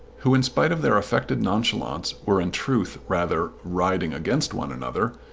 who in spite of their affected nonchalance were in truth rather riding against one another,